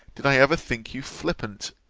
did i ever think you flippant,